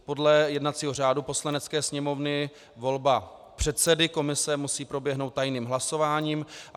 Podle jednacího řádu Poslanecké sněmovny volba předsedy komise musí proběhnout tajným hlasováním.